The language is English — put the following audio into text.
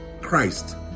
Christ